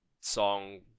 song